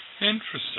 Interesting